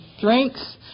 drinks